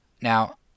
Now